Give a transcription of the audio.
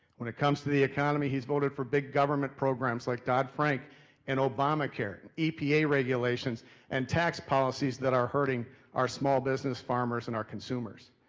when it comes to the economy, he's voted for big government programs like dodd-frank and obamacare. and epa regulations and tax policies that are hurting our small business farmers and our consumers.